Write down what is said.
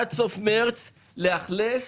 עד סוף מרץ לאכלס